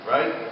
Right